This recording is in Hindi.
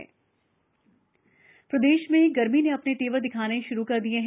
मौसम प्रदेश में गर्मी ने अपने तेवर दिखाने श्रू कर दिए है